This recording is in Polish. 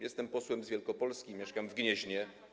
Jestem posłem z Wielkopolski, mieszkam w Gnieźnie.